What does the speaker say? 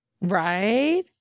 Right